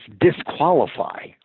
disqualify